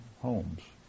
homes